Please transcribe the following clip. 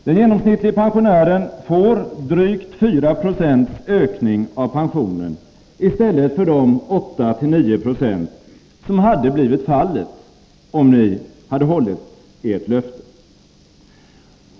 Den genomsnittliga pensionären får en ökning av pensionen på drygt 4 9oi stället för de 8-9 96 som hade blivit fallet om ni hållit ert löfte.